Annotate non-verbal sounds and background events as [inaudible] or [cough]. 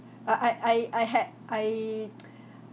[breath] I I I I had I [noise] [breath]